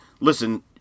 listen